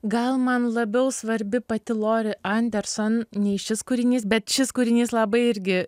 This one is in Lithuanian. gal man labiau svarbi pati lori anderson nei šis kūrinys bet šis kūrinys labai irgi